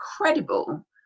incredible